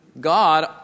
God